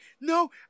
no